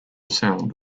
sound